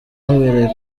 ahabera